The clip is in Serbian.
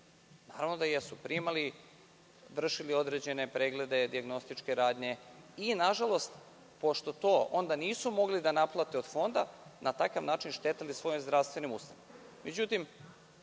Naravno da jesu. Primali su i vršili su određene preglede, dijagnostičke radnje i, na žalost, pošto to onda nisu mogli da naplate od Fonda na takav način su štetili svojim zdravstvenim